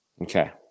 Okay